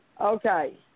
Okay